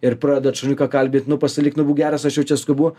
ir pradedat šuniuką kalbint nu pasilik nu būk geras aš jau čia skubu